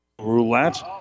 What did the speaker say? Roulette